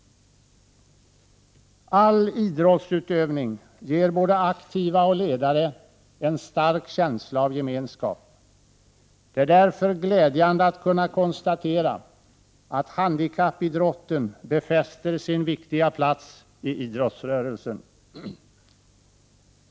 All idrottsutövning ger både aktiva och ledare en stark känsla av gemenskap. Det är därför glädjande att kunna konstatera att handikappidrotten befäster sin viktiga plats i idrottsrörelsen.